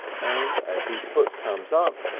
and as his foot comes up,